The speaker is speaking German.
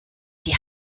die